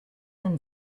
than